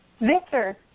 Victor